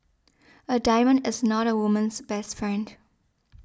a diamond is not a woman's best friend